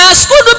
school